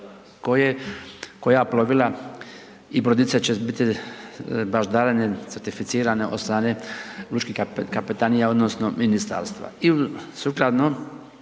koja plovila i brodice će biti baždarene i certificirane od strane lučkih kapetanija, odnosno ministarstva